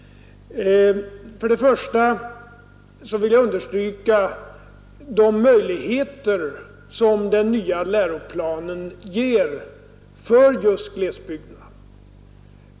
För det första vill jag understryka de möjligheter som den nya läroplanen ger för just glesbygderna.